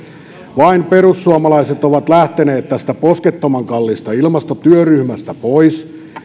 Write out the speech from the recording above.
vain perussuomalaiset ovat lähteneet tästä poskettoman kalliista ilmastotyöryhmästä pois